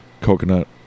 coconut